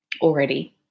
already